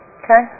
okay